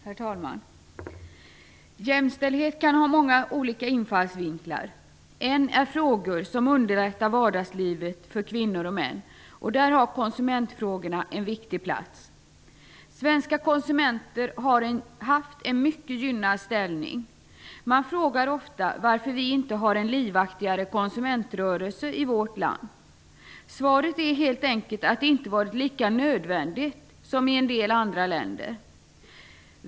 Herr talman! Jämställdhet kan ha många olika infallsvinklar. En är frågor som underlättar vardagslivet för kvinnor och män. Där har konsumentfrågorna en viktig plats. Svenska konsumenter har haft en mycket gynnad ställning. Man frågar ofta varför vi inte har en livaktigare konsumentrörelse i vårt land. Svaret är helt enkelt att det inte varit lika nödvändigt här som i en del andra länder.